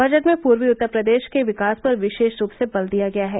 budget में पूर्वी उत्तर प्रदेश के विकास पर विशेष रूप से बल दिया गया है